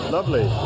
Lovely